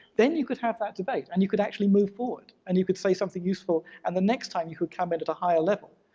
then you could have that debate and you could actually move forward and you could say something useful and the next time you could comment at a higher level,